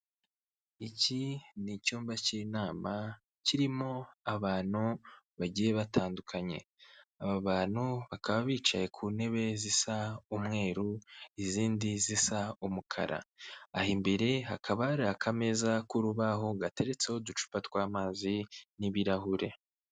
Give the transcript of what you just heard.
Iki ni icyumba cy'inama kirimo abantu bagiye batandukanye aba bantu bakaba bicaye ku ntebe zisa umweru izindi zisa umukara aho imbere hakaba hari akameza k'urubaho gateretseho uducupa tw'amazi n'ibirahure .